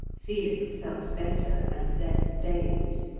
felix felt better and less dazed,